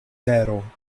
tero